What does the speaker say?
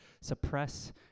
suppress